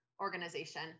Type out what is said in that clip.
organization